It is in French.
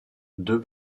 deux